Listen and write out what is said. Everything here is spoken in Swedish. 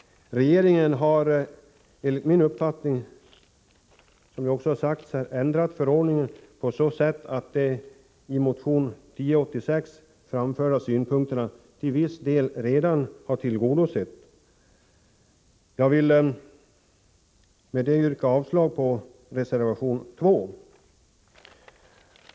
Regeringen har, som här har sagts, ändrat förordningen om miljöfarligt avfall på så sätt att de i motionen 1983/84:1086 framförda synpunkterna till viss del redan har tillgodosetts. Jag vill med detta yrka avslag på reservation 2.